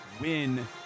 win